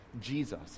Jesus